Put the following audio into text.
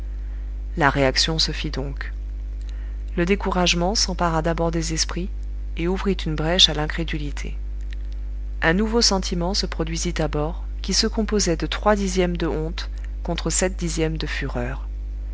la réaction se fit donc le découragement s'empara d'abord des esprits et ouvrit une brèche à l'incrédulité un nouveau sentiment se produisit à bord qui se composait de trois dixièmes de honte contre sept dixièmes de fureur